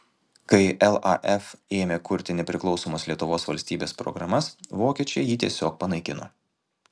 kai laf ėmė kurti nepriklausomos lietuvos valstybės programas vokiečiai jį tiesiog panaikino